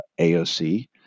AOC